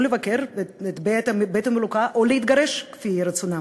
או לבקר את בית המלוכה או להתגרש כפי רצונם.